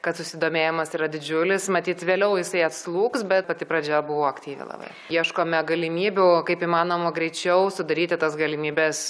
kad susidomėjimas yra didžiulis matyt vėliau jisai atslūgs bet pati pradžia buvo aktyvi labai ieškome galimybių kaip įmanoma greičiau sudaryti tas galimybes